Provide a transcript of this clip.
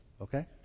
okay